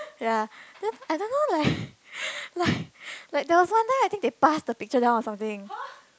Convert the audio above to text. ya then I don't know like like there was one time that they passed the picture down or something